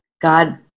God